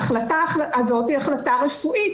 ההחלטה הזאת היא החלטה רפואית,